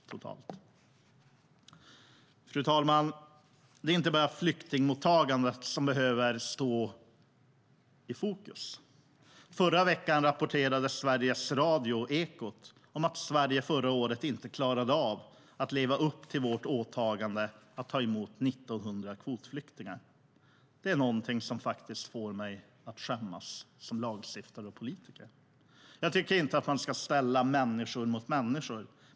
Fru talman! Det är inte bara flyktingmottagandet som behöver stå i fokus. I förra veckan rapporterade Sveriges Radios Ekot att Sverige förra året inte klarade av att leva upp till sitt åtagande att ta emot 1 900 kvotflyktingar. Det är någonting som faktiskt får mig som lagstiftare och politiker att skämmas. Jag tycker inte att man ska ställa människor mot människor.